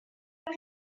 wyt